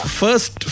first